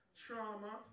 trauma